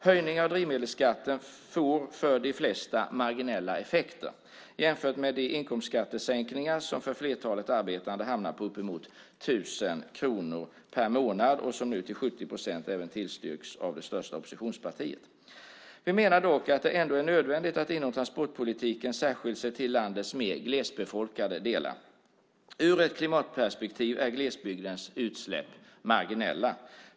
Höjningar av drivmedelsskatten får för de flesta marginella effekter, jämfört med de inkomstskattesänkningar som för flertalet arbetande hamnar på uppemot 1 000 kronor per månad och som nu till 70 procent även tillstyrks av det största oppositionspartiet. Vi menar dock att det ändå är nödvändigt att inom transportpolitiken särskilt se till landets mer glesbefolkade delar. Ur ett klimatperspektiv är glesbygdens utsläpp marginella.